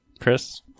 Chris